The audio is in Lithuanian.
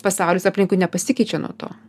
pasaulis aplinkui nepasikeičia nuo to